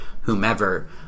whomever